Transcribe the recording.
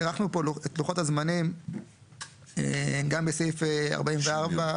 הארכנו פה את לוחות הזמנים גם בסעיף 44,